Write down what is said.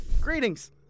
Greetings